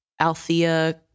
Althea